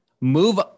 move